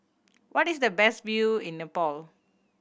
what is the best view in Nepal